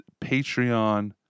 Patreon